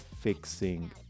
fixing